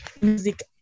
music